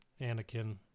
Anakin